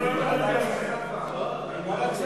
ועדת